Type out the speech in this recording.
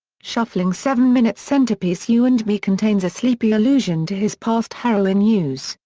shuffling seven-minute centrepiece you and me contains a sleepy allusion to his past heroin use,